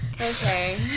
okay